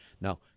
Now